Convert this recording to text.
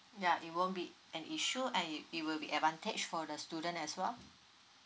ya it won't be an issue and it it will be advantage for the student as well